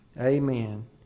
Amen